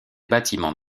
bâtiments